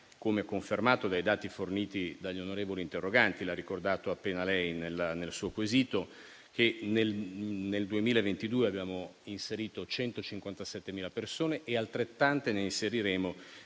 come confermato dai dati forniti dagli onorevoli interroganti - l'ha ricordato appena lei nel suo quesito - che nel 2022 abbiamo inserito 157.000 persone e altrettante ne inseriremo